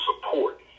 support